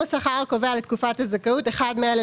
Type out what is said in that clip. "סכום השכר הקובע לתקופת הזכאות" אחד מאלה,